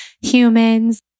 humans